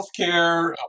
healthcare